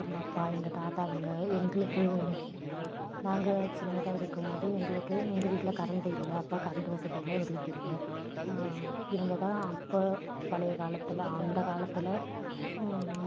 எங்கள் அப்பா எங்கள் தாத்தா அவங்க எங்களுக்கு நாங்கள் சின்னதாக இருக்கும் போதே எங்களுக்கு எங்கள் வீட்டில் கரண்ட் இல்லை அப்போ கரண்ட் வசதி எல்லாம் எங்களுக்கு இல்லை இவங்கதான் அப்போ பழைய காலத்தில் அந்த காலத்தில்